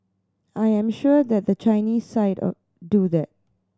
I am sure that the Chinese side do that